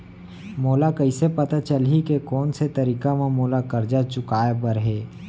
मोला कइसे पता चलही के कोन से तारीक म मोला करजा चुकोय बर हे?